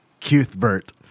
Cuthbert